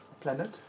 planet